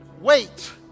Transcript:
Wait